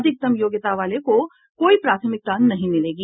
अधिकतम योग्यता वाले को कोई प्राथमिकता नहीं मिलेगी